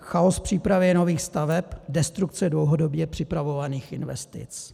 chaos v přípravě nových staveb, destrukce dlouhodobě připravovaných investic.